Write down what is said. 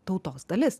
tautos dalis